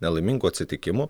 nelaimingų atsitikimų